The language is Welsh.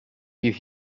bydd